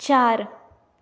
चार